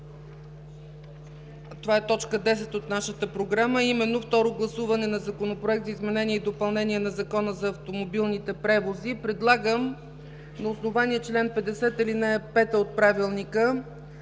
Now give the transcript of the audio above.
това е точка десет от нашата програма,